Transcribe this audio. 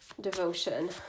devotion